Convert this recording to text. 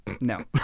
No